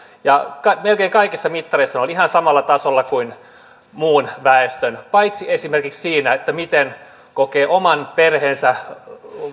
ja melkein kaikilla mittareilla nämä olivat ihan samalla tasolla kuin muussa väestössä paitsi esimerkiksi se miten kokee oman perheensä